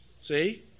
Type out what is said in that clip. See